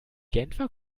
genfer